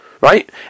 right